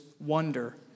wonder